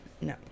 No